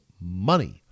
money